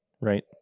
right